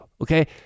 okay